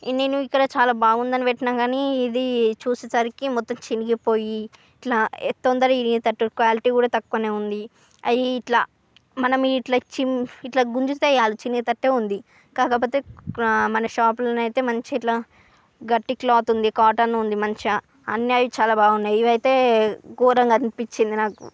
నేను ఇక్కడ చాలా బాగుందని పెట్టిన కాని ఇది చూసేసరికి మొత్తం చిరిగిపోయి ఇట్లా తొందరగా ఇరిగేటట్లు క్వాలిటీ కూడా తక్కువనే ఉంది అది ఇట్లా మనం ఇట్ల చింప్ ఇట్ల గుంజితే చాలు చిరిగేటట్టే ఉంది కాకపోతే మన షాప్ లోన అయితే మంచి ఇట్లా గట్టి క్లాత్ ఉంది కాటన్ ఉంది మంచిగా అన్ని అవి చాలా బాగున్నాయి ఇవి అయితే ఘోరంగా అనిపించింది నాకు